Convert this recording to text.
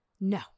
No